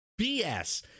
BS